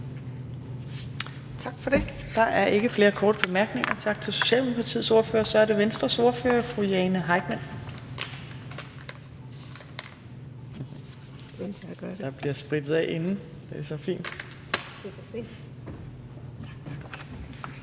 Tak for det. Der er ikke flere korte bemærkninger. Tak til Socialdemokratiets ordfører. Så er det Venstres ordfører, fru Jane Heitmann. Kl. 15:40 (Ordfører) Jane Heitmann (V): Først og fremmest tak til